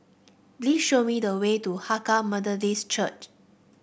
please show me the way to Hakka Methodist Church